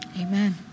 Amen